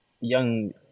young